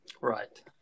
Right